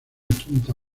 quinta